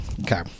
Okay